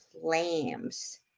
flames